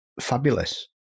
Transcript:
fabulous